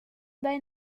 dai